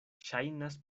ŝajnas